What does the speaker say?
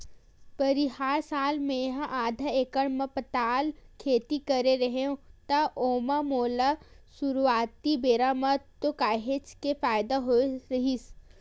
परिहार साल मेहा आधा एकड़ म पताल खेती करे रेहेव त ओमा मोला सुरुवाती बेरा म तो काहेच के फायदा होय रहिस